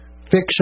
Fiction